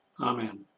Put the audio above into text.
Amen